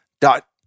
dot